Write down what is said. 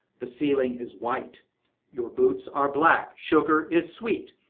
the ceiling is white your boots are black sugar is sweet.